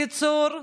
בקיצור,